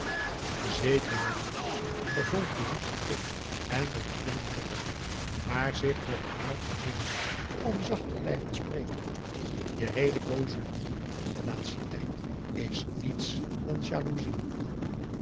zeker jaloersch vervolgde lucie bleek en met trillende lippen maar zich met geweld bedwingend om zacht te blijven spreken je heele booze humeur den laatsten tijd is niets dan jaloezie